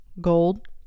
gold